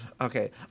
Okay